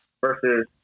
versus